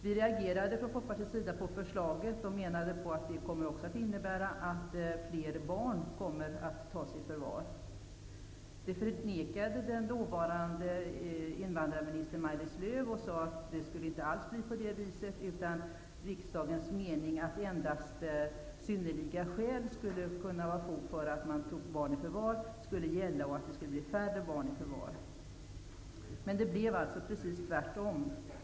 Vi reagerade från Folkpartiets sida på förslaget och menade att det kommer att innebära att fler barn kommer att tas i förvar. Det förnekade den dåvarande invandrarministern Maj Lis Lööw. Hon sade att det inte alls skulle bli så, utan att riksdagens mening att det endast vid synnerliga skäl skulle vara fog för att ta barn i förvar skulle gälla och att det skulle bli färre barn i förvar. Det blev precis tvärtom.